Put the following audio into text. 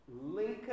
Lincoln